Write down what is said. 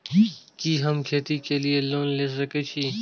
कि हम खेती के लिऐ लोन ले सके छी?